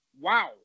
wow